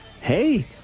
hey